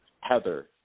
Heather